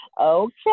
Okay